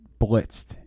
blitzed